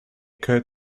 could